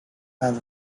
and